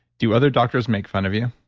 do other doctors make fun of you?